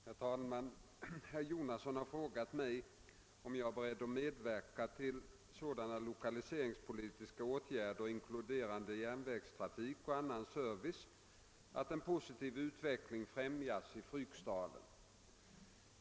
Herr talman! Herr Jonasson har frågat mig om jag är beredd medverka till sådana lokaliseringspolitiska åtgärder inkluderande järnvägstrafik och annan service att en positiv utveckling främjas i Fryksdalen.